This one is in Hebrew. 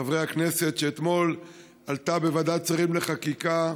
חברי הכנסת, שאתמול עלתה בוועדת שרים לחקיקה,